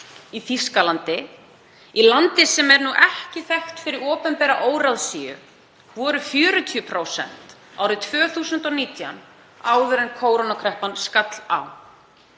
í Þýskalandi, í landi sem er ekki þekkt fyrir opinbera óráðsíu, voru 40% árið 2019 áður en kórónuveirukreppan skall á.